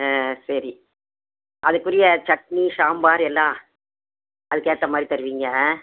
ஆ சரி அதுக்குரிய சட்னி சாம்பார் எல்லாம் அதுக்கேற்ற மாதிரி தருவீங்க